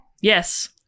Yes